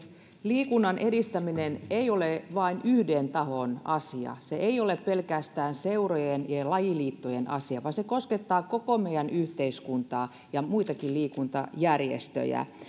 liikunnan edistäminen ei ole vain yhden tahon asia se ei ole pelkästään seurojen ja lajiliittojen asia vaan se koskettaa koko meidän yhteiskuntaa ja muitakin liikuntajärjestöjä